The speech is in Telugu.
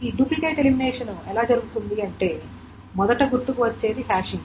ఈ డూప్లికేట్ ఎలిమినేషన్ ఎలా జరుగుతుంది అంటే మొదట గుర్తుకు వచ్చేది హాషింగ్